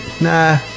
Nah